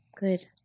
good